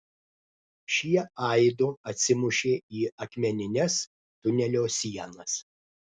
šie aidu atsimušė į akmenines tunelio sienas